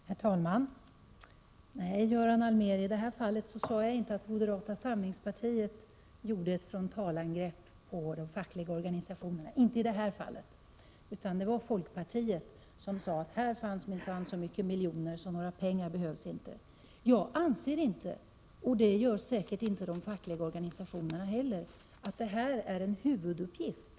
Herr talman! Nej, Göran Allmér, i detta fall sade jag inte att moderata samlingspartiet gjorde ett frontalangrepp på de fackliga organisationerna. Det var folkpartiet som sade att här fanns det minsann så många miljoner att några pengar inte skulle behövas. Jag anser inte — och det gör säkert inte de fackliga organisationerna heller — att informationsverksamhet är en huvuduppgift.